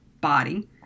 body